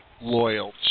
loyal